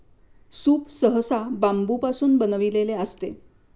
soup सहसा बांबूपासून बनविलेले असते